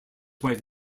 wife